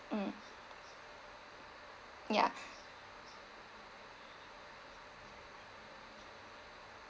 mm ya